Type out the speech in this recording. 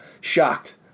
shocked